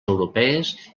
europees